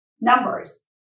numbers